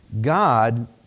God